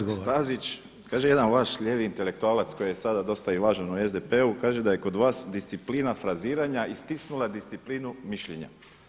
Kolega Stazić, kaže jedan vaš lijevi intelektualac koji je sada dosta i važan u SDP-u, kaže da je kod vas disciplina fraziranja istisnula disciplinu mišljenja.